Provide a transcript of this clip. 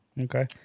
okay